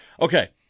okay